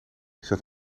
zat